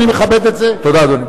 תודה, אדוני.